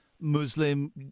Muslim